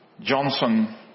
Johnson